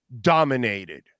dominated